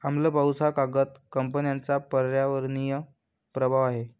आम्ल पाऊस हा कागद कंपन्यांचा पर्यावरणीय प्रभाव आहे